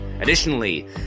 additionally